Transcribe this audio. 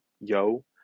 yo